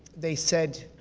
they said,